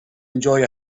enjoy